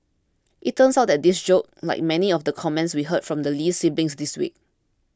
it turns out that this joke like many of the comments we heard from the Lee siblings this week